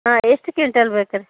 ಹಾಂ ಎಷ್ಟು ಕಿಂಟಾಲ್ ಬೇಕು ರೀ